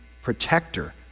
protector